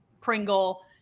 Pringle